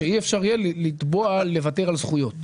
שאי אפשר יהיה לתבוע לוותר על זכויות.